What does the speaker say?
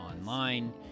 online